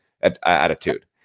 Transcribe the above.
attitude